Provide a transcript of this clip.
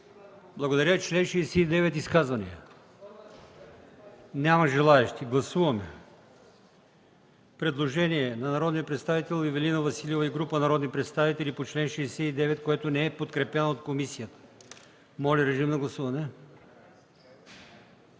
Благодаря. Член 65 – изказвания? Няма желаещи. Гласуваме предложението на народния представител Ивелина Василева и група народни представители по чл. 65, което не е подкрепено от комисията. Гласували